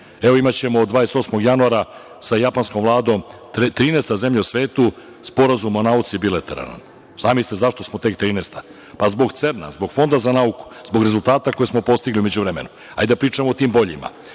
Evo, imaćemo 28. januara sa japanskom vladom, 13 zemlja u svetu, sporazum o nauci, bilateralan. Zamislite zašto smo tek 13. Pa, zbog CERN-a, zbog Fonda za nauku, zbog rezultata koji smo postigli u međuvremenu. Hajde da pričamo o tim boljim,